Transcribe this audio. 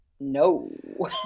no